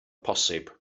posib